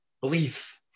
belief